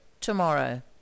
to-morrow